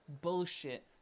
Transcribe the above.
bullshit